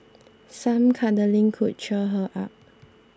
some cuddling could cheer her up